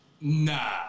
nah